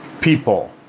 people